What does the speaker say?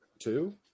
two